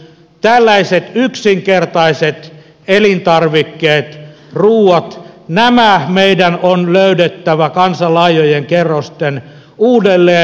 tällaiset yksinkertaiset elintarvikkeet ruuat nämä meidän on löydettävä kansan laajojen kerrosten uudelleen